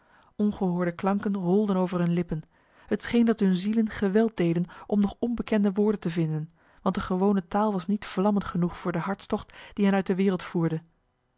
ongehoorde klanken rolden over hun lippen het scheen dat hun zielen geweld deden om nog onbekende woorden te vinden want de gewone taal was niet vlammend genoeg voor de hartstocht die hen uit de wereld voerde